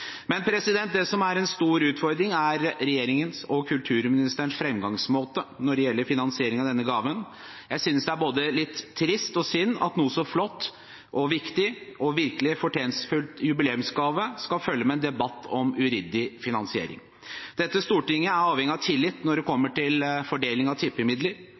Men det som er en stor utfordring, er regjeringen og kulturministerens framgangsmåte når det gjelder finansiering av denne gaven. Jeg synes det er både litt trist og synd at noe så flott, viktig og virkelig fortjenstfullt som en jubileumsgave skal følges av en debatt om uryddig finansiering. Dette stortinget er avhengig av tillit når det kommer til fordeling av tippemidler.